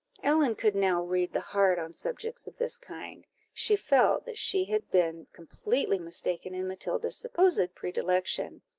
ellen could now read the heart on subjects of this kind she felt that she had been completely mistaken in matilda's supposed predilection,